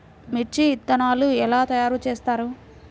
మిర్చి విత్తనాలు ఎలా తయారు చేస్తారు?